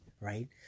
right